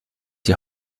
die